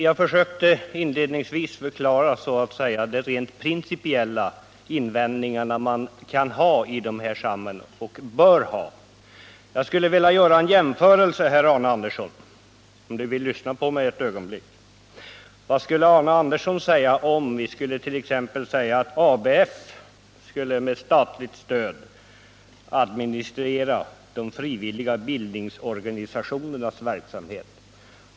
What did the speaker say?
Jag försökte inledningsvis förklara de rent principiella invändningar man kan ha i det här sammanhanget — och bör ha. Jag skulle vilja göra en jämförelse, om Arne Andersson vill lyssna ett ögonblick. Vad skulle Arne Andersson säga om ABF skulle med statligt stöd administrera de frivilliga bildningsorganisationernas verksamhet?